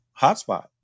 hotspot